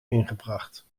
ingebracht